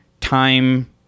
time-